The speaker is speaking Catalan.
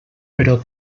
però